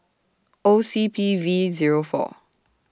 O C P V Zero four